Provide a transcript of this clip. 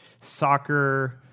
soccer